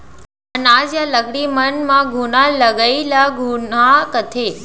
अनाज या लकड़ी मन म घुना लगई ल घुनहा कथें